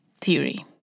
theory